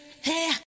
Hey